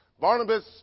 Barnabas